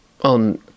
on